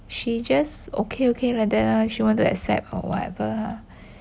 she is just okay okay like that ah then she want to accept or whatever lah